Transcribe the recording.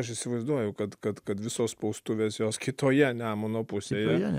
aš įsivaizduoju kad kad kad visos spaustuvės jos kitoje nemuno pusėje